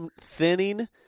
thinning